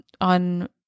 on